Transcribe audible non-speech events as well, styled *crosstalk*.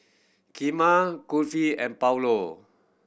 Kheema Kulfi and *unintelligible*